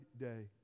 day